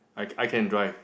I I can drive